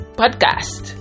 podcast